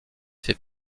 fait